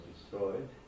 destroyed